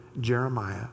Jeremiah